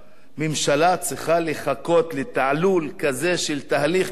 ממשלה צריכה לחכות לתעלול כזה של תהליך מייגע?